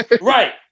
Right